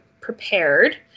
prepared